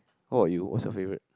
how about you what's your favourite